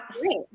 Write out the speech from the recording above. great